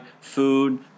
food